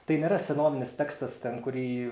tai nėra senovinis tekstas ten kurį